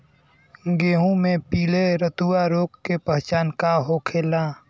गेहूँ में पिले रतुआ रोग के पहचान का होखेला?